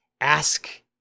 ask